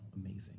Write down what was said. amazing